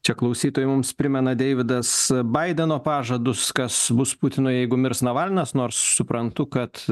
čia klausytojams primena deividas baideno pažadus kas bus su putinu jeigu mirs navalnas nors suprantu kad